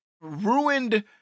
ruined